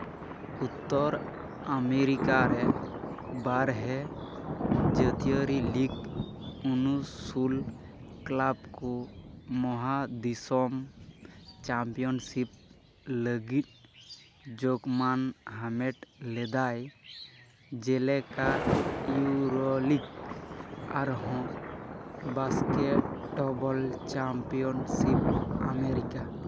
ᱩᱛᱛᱚᱨ America ᱨᱮ ᱵᱟᱨᱦᱮ ᱡᱟᱹᱛᱤᱭᱟᱹᱨᱤ ᱞᱤᱜᱽ ᱩᱱᱩᱥᱩᱞ ᱠᱞᱟᱵᱽ ᱠᱚ ᱢᱚᱦᱟ ᱫᱤᱥᱚᱢ ᱪᱟᱢᱯᱤᱭᱚᱱ ᱥᱤᱯ ᱞᱟᱹᱜᱤᱫ ᱡᱚᱜᱽᱢᱟᱱ ᱦᱟᱢᱮᱴ ᱞᱮᱫᱟᱭ ᱡᱮᱞᱮᱠᱟ ᱤᱭᱩᱨᱳ ᱞᱤᱜᱽ ᱟᱨ ᱦᱚᱸ ᱵᱟᱥᱠᱮᱴ ᱪᱟᱢᱯᱤᱭᱚᱱ ᱥᱤᱯ ᱟᱢᱮᱨᱤᱠᱟ